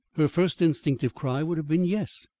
her first instinctive cry would have been yes,